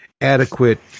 adequate